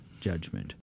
judgment